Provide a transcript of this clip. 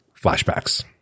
flashbacks